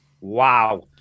wow